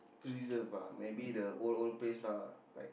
preserve ah maybe the old old place lah like